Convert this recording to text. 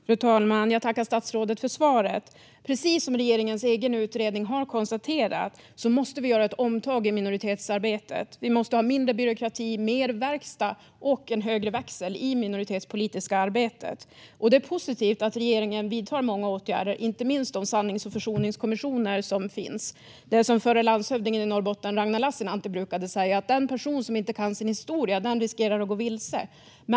Fru talman! Jag tackar statsrådet för svaret. Precis som regeringens egen utredning har konstaterat måste vi göra ett omtag i minoritetsarbetet. Vi måste ha mindre byråkrati, mer verkstad och en högre växel i det minoritetspolitiska arbetet. Det är positivt att regeringen vidtar många åtgärder, inte minst när det gäller de sannings och försoningskommissioner som finns. Det är som förre landshövdingen i Norrbotten Ragnar Lassinantti brukade säga: Den person som inte kan sin historia riskerar att gå vilse.